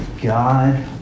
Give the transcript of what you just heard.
God